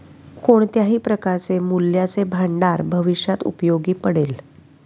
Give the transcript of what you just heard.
कोणत्याही प्रकारचे मूल्याचे भांडार भविष्यात उपयोगी पडेल